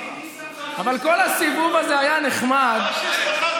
מי שמך --- אבל כל הסיבוב הזה היה נחמד ------- רק